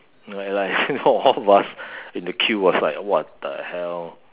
like like you know all of us in the queue was like what the hell